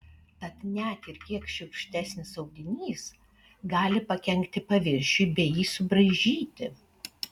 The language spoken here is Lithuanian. tad net ir kiek šiurkštesnis audinys gali pakenkti paviršiui bei jį subraižyti